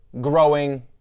growing